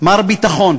מר ביטחון.